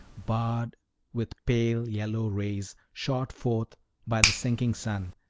barred with pale-yellow rays, shot forth by the sinking sun,